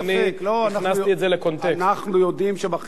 אנחנו יודעים שבחינוך הפלסטיני, הפלסטיני, נכון.